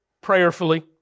prayerfully